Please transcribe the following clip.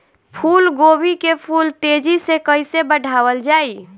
फूल गोभी के फूल तेजी से कइसे बढ़ावल जाई?